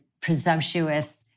presumptuous